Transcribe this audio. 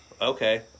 okay